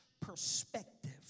perspective